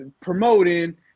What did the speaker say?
promoting